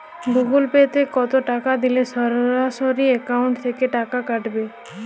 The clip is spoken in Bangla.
গুগল পে তে টাকা দিলে কি সরাসরি অ্যাকাউন্ট থেকে টাকা কাটাবে?